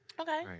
Okay